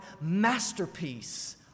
masterpiece